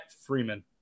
Freeman